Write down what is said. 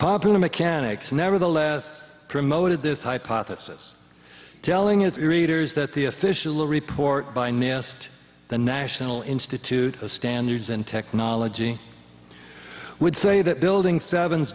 popular mechanics nevertheless promoted this hypothesis telling its readers that the official report by nest the national institute of standards and technology would say that building seven's